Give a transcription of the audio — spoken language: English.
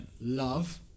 Love